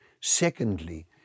Secondly